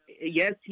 yes